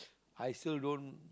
I still don't